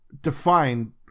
defined